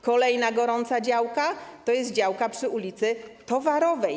Kolejna gorąca działka, to działka przy ul. Towarowej.